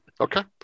okay